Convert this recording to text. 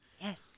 Yes